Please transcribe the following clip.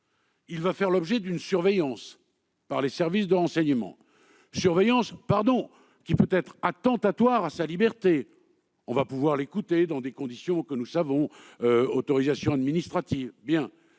Il va faire l'objet d'une surveillance par les services de renseignement qui peut être attentatoire à sa liberté- on va pouvoir l'écouter dans des conditions que nous savons, par le biais d'autorisations administratives ...